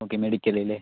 okay medical അല്ലെ